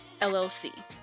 LLC